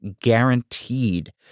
guaranteed